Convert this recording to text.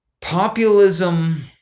populism